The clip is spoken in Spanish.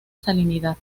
salinidad